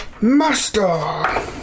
master